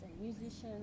musicians